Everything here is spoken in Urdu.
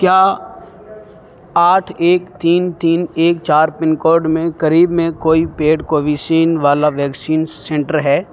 کیا آٹھ ایک تین تین ایک چار پن کوڈ میں قریب میں کوئی پیڈ کوویسین والا ویکسین سنٹر ہے